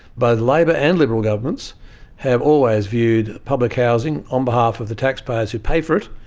both labor and liberal governments have always viewed public housing on behalf of the taxpayers who pay for it,